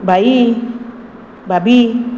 भाई भाभी